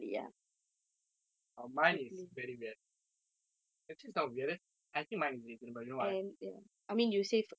eh actually it's not weird I think mine is reasonable you know why oh you haven't okay continue